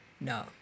No